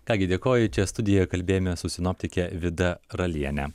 ką gi dėkoju čia studijoj kalbėjome su sinoptikė vida raliene